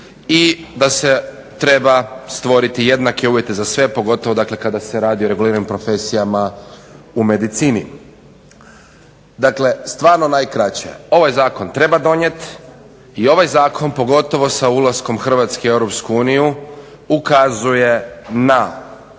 i da se treba stvoriti jednake uvjete za sve pogotovo kada se radi o reguliranju profesija u medicini. Dakle, stvarno najkraće. Ovaj zakon treba donijeti i ovaj zakon pogotovo sa ulaskom Hrvatske u EU ukazuje na